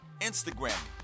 Instagram